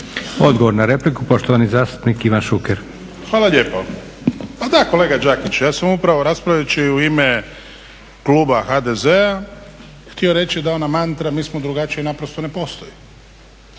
Odgovor na repliku poštovani zastupnik Ivan Šuker. **Šuker, Ivan (HDZ)** Hvala lijepo. Pa da kolega Đakić ja sam upravo raspravljajući u ime kluba HDZ-a htio reći da ona mantra mi smo drugačiji naprosto ne postoji.